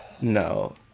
No